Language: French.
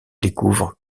découvre